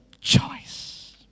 choice